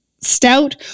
Stout